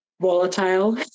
volatile